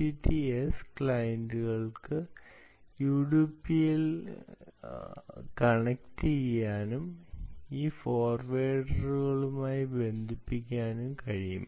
MQTT S ക്ലയന്റുകൾക്ക് യുഡിപിയിൽ കണക്റ്റുചെയ്യാനും ഈ ഫോർവേർഡറുമായി ബന്ധിപ്പിക്കാനും കഴിയും